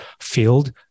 field